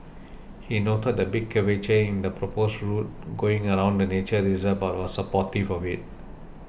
he noted the big curvature in the proposed route going around the nature reserve but was supportive of it